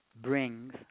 brings